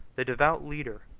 the devout leader,